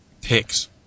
picks